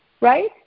Right